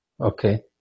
Okay